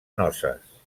noces